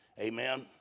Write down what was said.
Amen